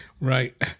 Right